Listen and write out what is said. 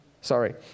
sorry